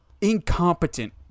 incompetent